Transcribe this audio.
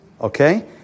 okay